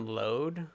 load